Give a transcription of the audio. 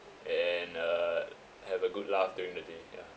and uh have a good laugh during the day yeah ya